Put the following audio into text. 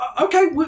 okay